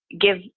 give